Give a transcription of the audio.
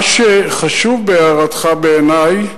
מה שחשוב בהערתך בעיני,